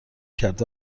کرد